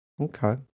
okay